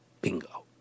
Bingo